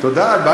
תודה.